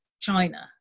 China